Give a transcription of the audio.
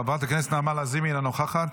חברת הכנסת נעמה לזימי, אינה נוכחת,